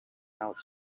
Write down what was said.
out